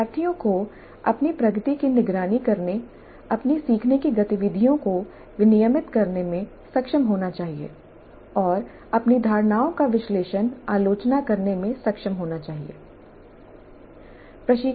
शिक्षार्थियों को अपनी प्रगति की निगरानी करने अपनी सीखने की गतिविधियों को विनियमित करने में सक्षम होना चाहिए और अपनी धारणाओं का विश्लेषण आलोचना करने में सक्षम होना चाहिए